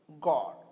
God